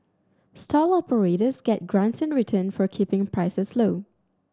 stall operators get grants in return for keeping prices low